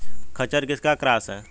खच्चर किसका क्रास है?